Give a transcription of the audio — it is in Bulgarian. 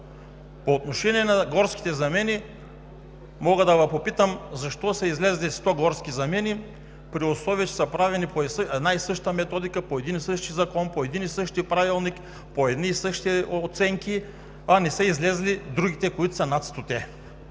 По отношение на горските замени – мога да Ви попитам защо са излезли сто горски замени, при условие че са правени по една и съща методика, по един и същи закон, по един и същи правилник, по едни и същи оценки, а не са излезли другите, които са над